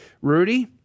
Rudy